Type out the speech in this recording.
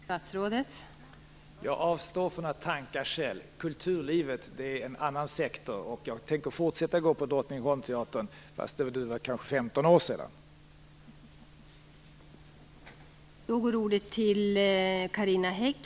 Fru talman! Jag avstår från att tanka Shell. Kulturlivet är en annan sektor. Jag tänker fortsätta att gå på Drottningsholmsteatern, fast det nu kanske var 15 år sedan sist.